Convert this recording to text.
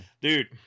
Dude